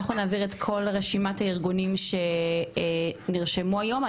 אנחנו נעביר את כל רשימת הארגונים שנרשמו היום.